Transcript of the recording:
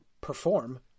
perform